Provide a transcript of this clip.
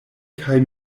kaj